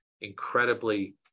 incredibly